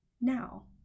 now